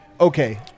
okay